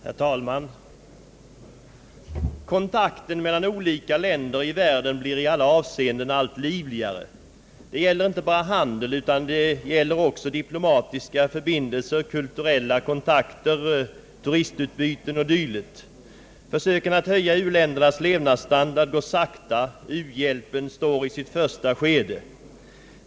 Herr talman! Kontakten mellan olika länder i världen blir i alla avseenden allt livligare. Det gäller inte bara handeln, utan också diplomatiska förbindelser, kulturella kontakter, turistutbyten o. dyl. Försöken att höja u-ländernas levnadsstandard går sakta. U-hjälpen står i sitt första skede.